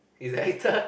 he's a actor